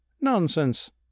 Nonsense